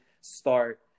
start